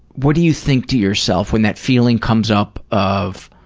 what do you think to yourself, when that feeling comes up of,